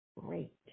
great